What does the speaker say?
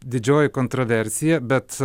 didžioji kontroversija bet